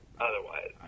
Otherwise